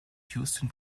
houston